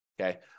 okay